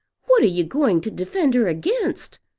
what are you going to defend her against?